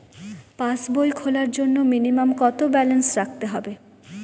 পাসবই খোলার জন্য মিনিমাম কত ব্যালেন্স রাখতে হবে?